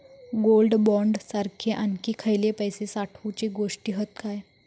Gold bond सारखे आणखी खयले पैशे साठवूचे गोष्टी हत काय?